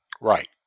right